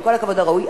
עם כל הכבוד הראוי,